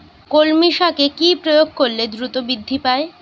কলমি শাকে কি প্রয়োগ করলে দ্রুত বৃদ্ধি পায়?